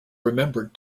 remembered